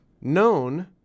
known